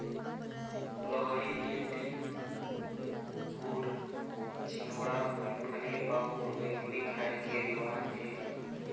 लोहड़ी के दिन गुड़, चिवड़ा, मूंगफली अउ रेवड़ी खाए के रिवाज हे